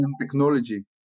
technology